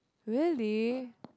really